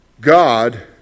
God